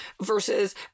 versus